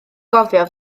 gofio